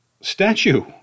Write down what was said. statue